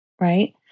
right